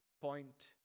point